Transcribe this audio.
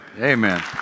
Amen